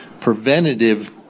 preventative